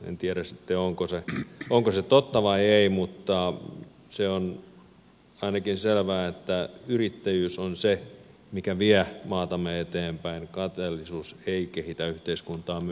en tiedä sitten onko se totta vai ei mutta se on ainakin selvää että yrittäjyys on se mikä vie maatamme eteenpäin kateellisuus ei kehitä yhteiskuntaamme mitenkään